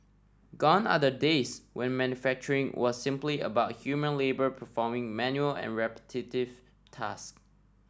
gone are the days when manufacturing was simply about human labour performing menial and repetitive tasks